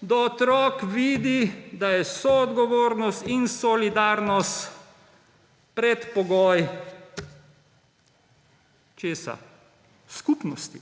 da otrok vidi, da je soodgovornost in solidarnost predpogoj – česa? Skupnosti.